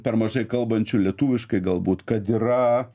per mažai kalbančių lietuviškai galbūt kad yra